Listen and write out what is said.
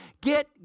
Get